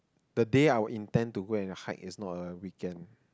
the day I will intend to go and hike is not a weekend